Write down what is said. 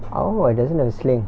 oh it doesn't have a sling